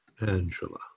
Angela